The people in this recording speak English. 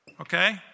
Okay